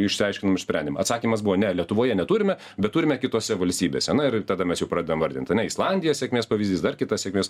išsiaiškinom išsprendėm atsakymas buvo ne lietuvoje neturime bet turime kitose valstybėse na ir tada mes jau pradedam vardint ane islandija sėkmės pavyzdys dar kitas sėkmės